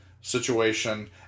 situation